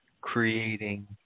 creating